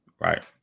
Right